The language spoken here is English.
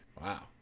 wow